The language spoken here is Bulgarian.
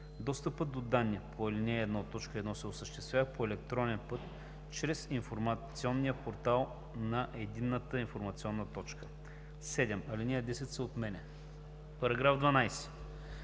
Достъпът до данните по ал. 1, т. 1 се осъществява по електронен път чрез информационния портал на Единната информационна точка.“ 7. Алинея 10 се отменя. § 12.